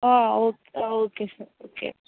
okay okay sir okay